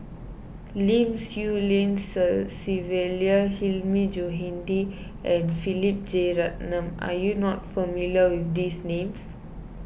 Lim Swee Lian Sylvia Hilmi Johandi and Philip Jeyaretnam are you not familiar with these names